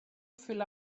fill